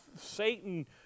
Satan